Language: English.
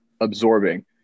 absorbing